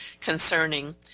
concerning